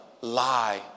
lie